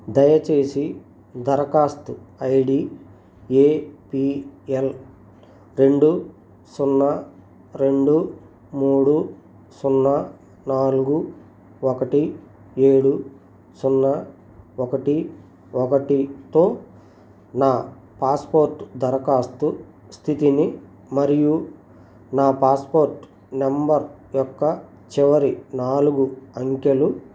దయచేసి దరఖాస్తు I D A P L రెండు సున్నా రెండు మూడు సున్నా నాలుగు ఒకటి ఏడు సున్నా ఒకటి ఒకటితో నా పాస్పోర్ట్ దరఖాస్తు స్థితిని మరియు నా పాస్పోర్ట్ నెంబర్ యొక్క చివరి నాలుగు అంకెలు